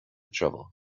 travel